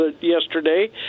yesterday